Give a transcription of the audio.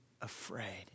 afraid